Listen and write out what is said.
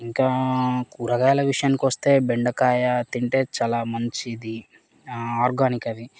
ఇంకా కూరగాయల విషయానికొస్తే బెండకాయ తింటే చాలా మంచిది ఆర్గానిక్ అది